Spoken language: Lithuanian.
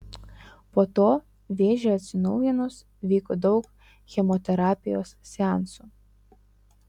po to vėžiui atsinaujinus vyko daug chemoterapijos seansų